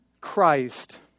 Christ